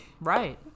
Right